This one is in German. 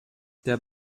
der